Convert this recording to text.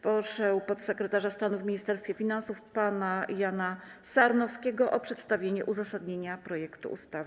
Proszę podsekretarza stanu w Ministerstwie Finansów pana Jana Sarnowskiego o przedstawienie uzasadnienia projektu ustawy.